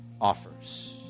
offers